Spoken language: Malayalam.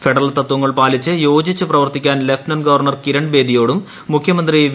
ഫെഡറൽ തത്വങ്ങൾ പാലിച്ച് യോജിച്ച് പ്രവർത്തിക്കാൻ ലെഫ്റ്റനന്റ് ഗവർണർ കിരൺ ബേദിയോടും മുഖൃമന്ത്രി വി